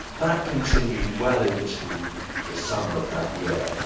that continued well into the summer of that year,